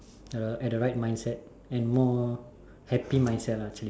uh at the right mindset and more happy mindset lah actually